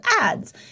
ads